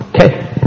okay